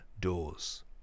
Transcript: doors